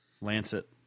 Lancet